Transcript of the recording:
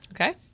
Okay